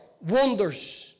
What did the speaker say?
Wonders